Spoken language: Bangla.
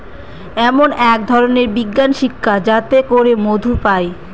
এমন এক ধরনের বিজ্ঞান শিক্ষা যাতে করে মধু পায়